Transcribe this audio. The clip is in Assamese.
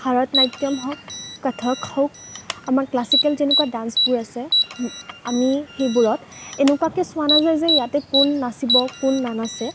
ভাৰত নাট্য়ম হওক কথক হওক আমাৰ ক্লাচিকেল যেনেকুৱা ডান্সবোৰ আছে আমি সেইবোৰত এনেকুৱাকৈ চোৱা নাযায় যে ইয়াতে কোন নাচিব কোন নানাচে